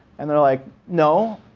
and they're all like, no,